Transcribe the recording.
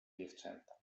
dziewczęta